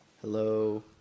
Hello